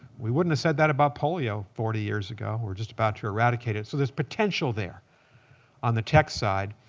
we wouldn't have said that about polio forty years ago. we're just about to eradicate it. so there's potential there on the tech side.